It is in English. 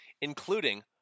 including